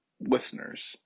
listeners